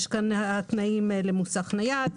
יש כאן תנאים למוסך נייד,